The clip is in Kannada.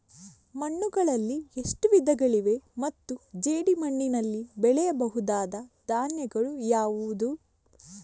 ಮಣ್ಣುಗಳಲ್ಲಿ ಎಷ್ಟು ವಿಧಗಳಿವೆ ಮತ್ತು ಜೇಡಿಮಣ್ಣಿನಲ್ಲಿ ಬೆಳೆಯಬಹುದಾದ ಧಾನ್ಯಗಳು ಯಾವುದು?